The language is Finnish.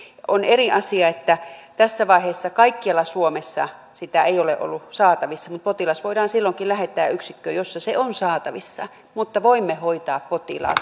on eri asia että tässä vaiheessa kaikkialla suomessa sitä ei ole ollut saatavissa mutta potilas voidaan silloinkin lähettää yksikköön jossa se on saatavissa mutta voimme hoitaa potilaat